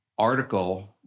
article